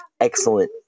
Excellent